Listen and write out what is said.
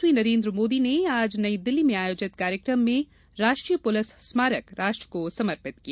प्रधानमंत्री नरेन्द्र मोदी ने आज नई दिल्ली में आयोजित कार्यक्रम में राष्ट्रीय पुलिस स्मारक राष्ट्र को समर्पित किया